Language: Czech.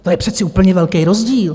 To je přece úplně velký rozdíl.